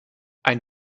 ein